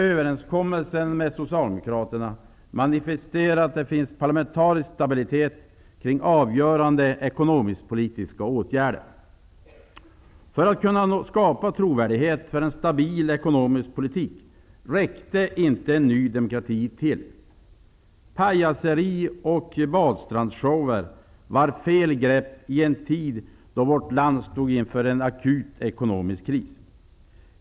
Överenskommelsen med Socialdemokraterna manifesterar att det finns parlamentarisk stabilitet kring avgörande ekonomisk-politiska åtgärder. När det gällde att skapa trovärdighet för en stabil ekonomisk politik räckte inte Ny demokrati till. Pajaseri och badstrandsshower var fel grepp i en tid då vårt land stod inför en akut ekonomisk kris.